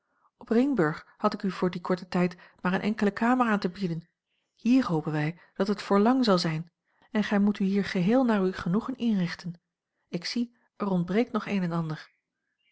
op ringburg had ik u voor dien korten tijd maar eene enkele kamer aan te bieden hier hopen wij dat het voor lang zal zijn en gij moet u hier geheel naar uw genoegen inrichten ik zie er ontbreekt nog een en ander